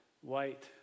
White